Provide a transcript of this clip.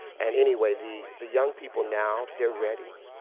and anyway the the young people now, they're ready.